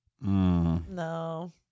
No